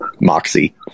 moxie